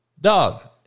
dog